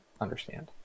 understand